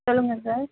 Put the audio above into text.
சொல்லுங்க சார்